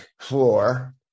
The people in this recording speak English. floor